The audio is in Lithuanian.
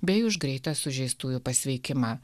bei už greitą sužeistųjų pasveikimą